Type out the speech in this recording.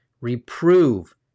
Reprove